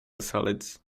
solids